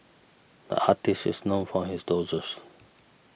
the artist is known for his